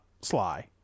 sly